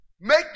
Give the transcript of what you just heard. Make